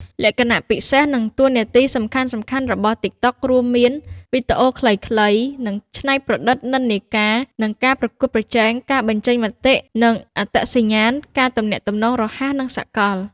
លក្ខណៈពិសេស និងតួនាទីសំខាន់ៗរបស់ TikTok រួមមាន វីដេអូខ្លីៗ និងច្នៃប្រឌិតនិន្នាការ និង ការប្រកួតប្រជែង ការបញ្ចេញមតិ និងអត្តសញ្ញាណ ការទំនាក់ទំនងរហ័ស និងសកល។